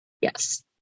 Yes